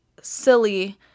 silly